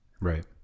Right